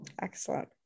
Excellent